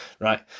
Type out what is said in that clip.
right